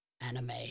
anime